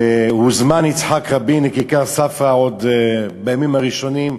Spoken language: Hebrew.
והוזמן יצחק רבין לכיכר-ספרא עוד בימים הראשונים,